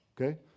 okay